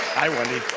hi wendy.